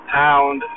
pound